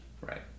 Right